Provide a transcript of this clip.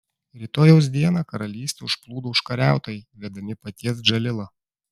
rytojaus dieną karalystę užplūdo užkariautojai vedami paties džalilo